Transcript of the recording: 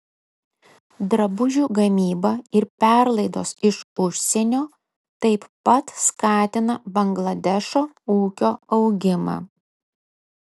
drabužių gamyba ir perlaidos iš užsienio taip pat skatina bangladešo ūkio augimą